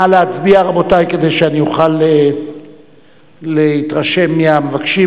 נא להצביע, רבותי, כדי שאוכל להתרשם מי המבקשים.